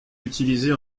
utilisée